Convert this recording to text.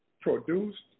produced